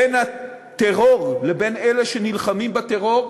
בין הטרור לבין אלה שנלחמים בטרור,